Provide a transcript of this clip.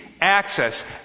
access